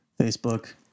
facebook